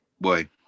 Boy